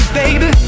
baby